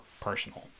personal